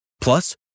Plus